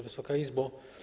Wysoka Izbo!